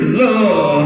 love